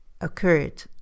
occurred